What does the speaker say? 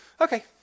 Okay